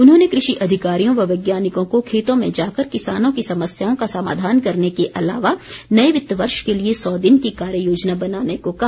उन्होंने कृषि अधिकारियों व वैज्ञानिकों को खेतों में जाकर किसानों की समस्याओं का समाधान करने के अलावा नए वित्त वर्ष के लिए सौ दिन की कार्ययोजना बनाने को कहा